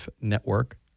network